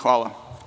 Hvala.